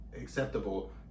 acceptable